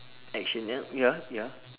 action ya ya ya